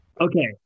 Okay